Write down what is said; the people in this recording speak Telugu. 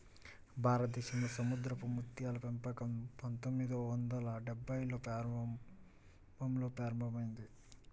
భారతదేశంలో సముద్రపు ముత్యాల పెంపకం పందొమ్మిది వందల డెభ్భైల్లో ప్రారంభంలో ప్రారంభమైంది